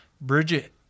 Bridget